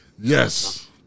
Yes